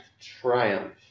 triumph